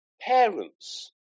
Parents